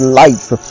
life